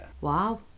Wow